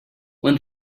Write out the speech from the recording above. when